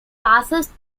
passes